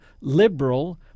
liberal